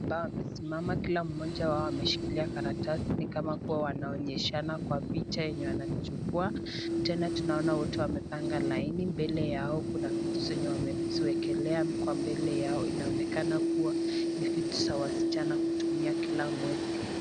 Wamesimama kila mmoja wao ameshikilia karatasi ni kama kuwa wanaonyeshana kwa picha yenye wanachukua Tena tunaona wote wanapanga laini mbele yao kuna vitu zenye wameziwekelea inaonekana kuwa ni vitu za wasichana kutumia kila mwezi.